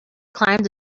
climbed